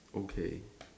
okay